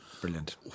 Brilliant